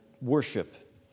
worship